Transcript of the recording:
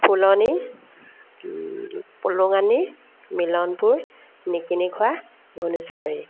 ফুলনি পোলঙানি মিলনপুৰ নিকিনি খোৱা ঘুনুচাবাৰী